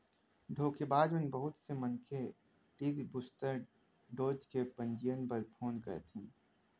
धोखेबाज मन बहुत से मनखे तीर बूस्टर डोज के पंजीयन बर फोन करथे